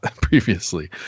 previously